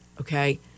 okay